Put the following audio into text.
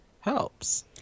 helps